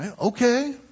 Okay